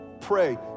pray